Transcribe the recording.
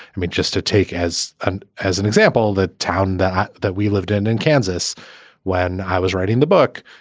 i mean, just to take as an as an example, the town that that we lived in, in kansas when i was writing the book,